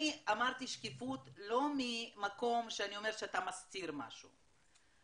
אני אמרתי שקיפות לא ממקום שאני אומרת שאתה מסתיר משהו,